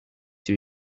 chez